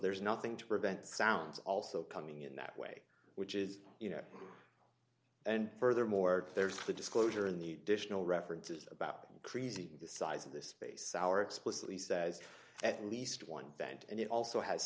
there's nothing to prevent sounds also coming in that way which is you know and furthermore there's the disclosure in the dish no references about crazy the size of the space our explicitly says at least one vent and it also has